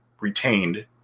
retained